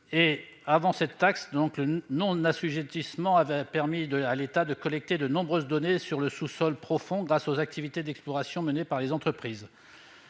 avant cette taxe avait permis à l'État de collecter de nombreuses données sur le sous-sol profond, grâce aux activités d'exploration menées par les entreprises.